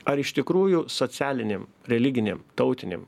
ar iš tikrųjų socialinėm religinėm tautinėm